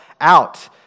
out